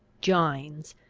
gines,